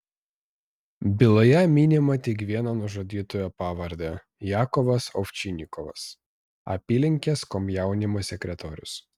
byloje minima tik vieno nužudytojo pavardė jakovas ovčinikovas apylinkės komjaunimo sekretorius